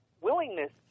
willingness